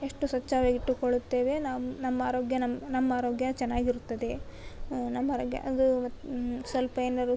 ಎಷ್ಟು ಸ್ವಚ್ಛವಾಗಿಟ್ಟುಕೊಳ್ಳುತ್ತೇವೆ ನಮ್ಮ ನಮ್ಮ ಆರೋಗ್ಯ ನಮ್ಮ ನಮ್ಮ ಆರೋಗ್ಯ ಚೆನ್ನಾಗಿರುತ್ತದೆ ನಮ್ಮ ಆರೋಗ್ಯ ಅದು ಮತ್ತೆ ಸ್ವಲ್ಪ ಏನಾದ್ರು